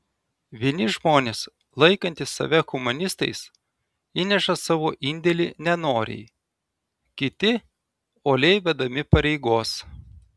vieni žmonės laikantys save humanistais įneša savo indėlį nenoriai kiti uoliai vedami pareigos